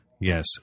Yes